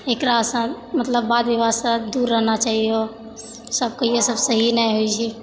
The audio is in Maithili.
एकरासँ मतलब बाद बिबादसँ दूर रहना चाही सभ के ये सभ सही ने होइ छै